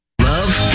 Love